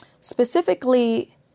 specifically